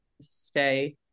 stay